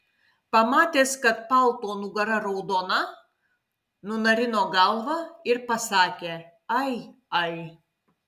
pamatęs kad palto nugara raudona nunarino galvą ir pasakė ai ai